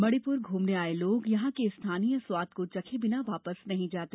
मणिपूर घूमने आए लोग यहां के स्थानीय स्वाद को चखे बिनो वापस नहीं जाते